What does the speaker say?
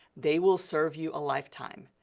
they will serve you a lifetime.